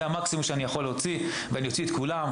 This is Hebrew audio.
זה המקסימום שאני יכול להוציא ואני אוציא את כולם.